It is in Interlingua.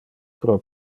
pro